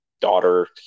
daughter